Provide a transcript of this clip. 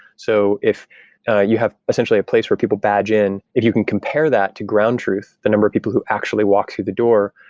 so if you have essentially a place where people badge in, if you can compare that to ground truth, the number of people who actually walked through the door,